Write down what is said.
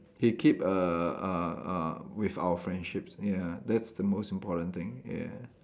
he keep err uh uh up with our friendship ya that's the most important thing yeah